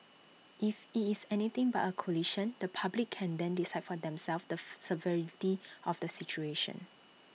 if IT is anything but A collision the public can then decide for themselves the severity of the situation